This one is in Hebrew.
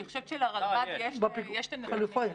אני חושבת שלרלב"ד יש את הנתונים הללו.